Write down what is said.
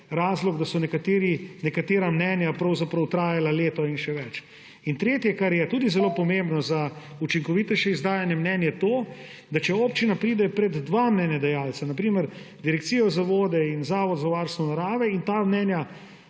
razlog, da so nekatera mnenja pravzaprav trajala leto in še več. In tretje, kar je tudi zelo pomembno za učinkovitejše izdajanje mnenje, je to, da če občina pride pred dva mnenjedajalca, na primer Direkcijo za vode in Zavod za varstvo narave, in so ta mnenja